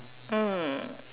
mm